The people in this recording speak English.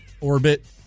Orbit